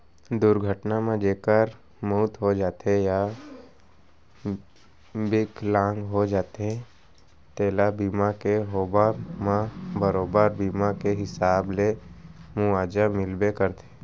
दुरघटना म जेकर मउत हो जाथे या बिकलांग हो जाथें तेला बीमा के होवब म बरोबर बीमा के हिसाब ले मुवाजा मिलबे करथे